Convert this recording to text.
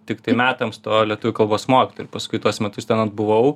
tiktai metams to lietuvių kalbos mokytojo ir paskui tuos metus ten atbuvau